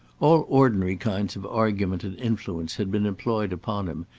all ordinary kinds of argument and influence had been employed upon him,